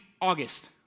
August